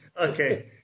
Okay